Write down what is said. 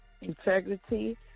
integrity